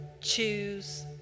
choose